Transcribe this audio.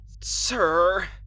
Sir